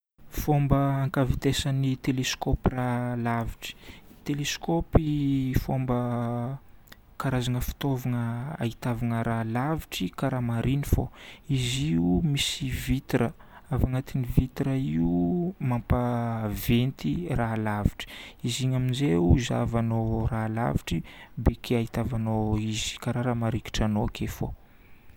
Fomba ankavintesan'ny téléscope raha lavitra. Teleskopy fomba karazagna fitaovagna ahitavana raha lavitry karaha marigny fô. Izy io misy vitre. Avy agnatin'ny vitre io mampaventy raha lavitry. Izy igny amin'izay zahavanao raha lavitry beky ahitavanao izy karaha raha marikitry ake fô.